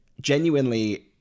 genuinely